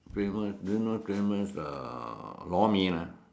famous do you know famous uh Lor-Mee lah